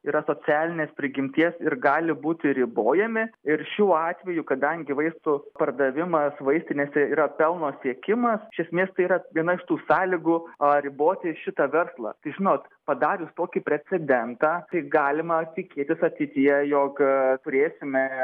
yra socialinės prigimties ir gali būti ribojami ir šiuo atveju kadangi vaistų pardavimas vaistinėse yra pelno siekimas iš esmės tai yra viena iš tų sąlygų riboti šitą verslą tai žinot padarius tokį precedentą tai galima tikėtis ateityje jog turėsime